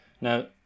Now